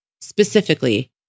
specifically